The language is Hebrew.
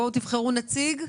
תודה.